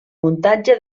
muntatge